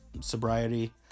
sobriety